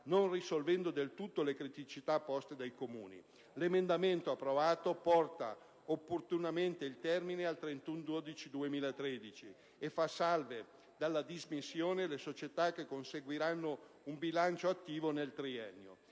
non risolvendo del tutto le criticità poste dai Comuni. L'emendamento approvato porta opportunamente il termine al 31 dicembre 2013, e fa salve dalla dismissione le società che conseguiranno un bilancio attivo nel triennio.